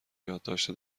یادداشت